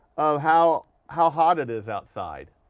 of how how hot it is outside.